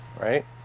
right